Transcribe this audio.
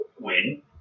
win